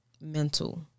mental